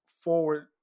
forward